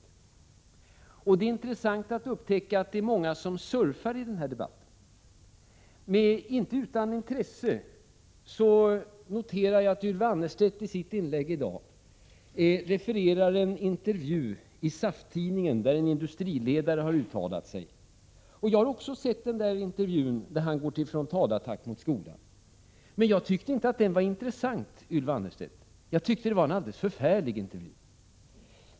Det är intressant att upptäcka att det är många som surfar på den här debatten. Inte utan intresse noterar jag att Ylva Annerstedt i sitt inlägg i dag refererade en intervju i SAF-tidningen där en industriledare har uttalat sig. Jag har också sett intervjun där han går till frontalattack mot skolan. Men jag tyckte inte att den var intressant, Ylva Annerstedt. Jag tyckte det var en alldeles förfärlig intervju.